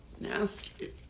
nasty